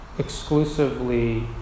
exclusively